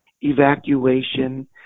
evacuation